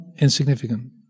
insignificant